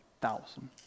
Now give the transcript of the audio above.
thousand